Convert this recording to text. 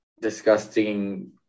disgusting